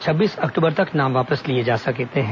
छब्बीस अक्टूबर तक नाम वापस लिए जा सकते हैं